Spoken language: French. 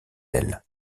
ailes